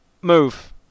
move